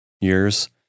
years